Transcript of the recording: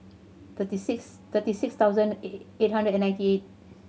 thirty six thirty six thousand eight eight hundred and ninety eight